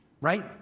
Right